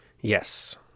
yes